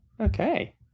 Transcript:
okay